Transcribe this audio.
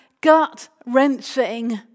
gut-wrenching